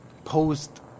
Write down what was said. Post